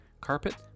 carpet